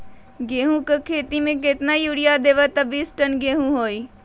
गेंहू क खेती म केतना यूरिया देब त बिस टन गेहूं होई?